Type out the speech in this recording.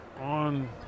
on